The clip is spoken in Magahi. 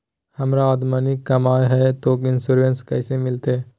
हमर आमदनी कम हय, तो इंसोरेंसबा कैसे मिलते?